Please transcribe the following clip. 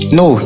no